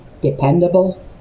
dependable